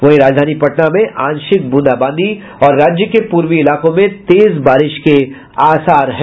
वहीं राजधानी पटना में आंशिक बूंदा बांदी और राज्य के पूर्वी इलाकों में तेज बारिश के आसार हैं